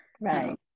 Right